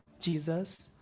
Jesus